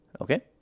okay